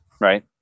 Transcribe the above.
right